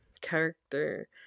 character